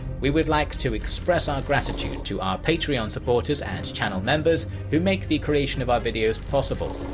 we would like to express our gratitude to our patreon supporters and channel members, who make the creation of our videos possible.